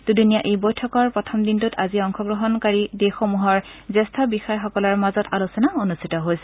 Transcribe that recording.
দুদিনীয়া এই বৈঠকৰ প্ৰথম দিনটোত আজি অংশগ্ৰহণ কাৰি দেশসমূহৰ জ্যেষ্ঠ বিষয়াসকলৰ মাজত আলোচনা অনুষ্ঠিত হৈছে